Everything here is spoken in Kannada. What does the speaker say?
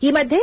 ಈ ಮಧ್ಯೆ